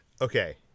Okay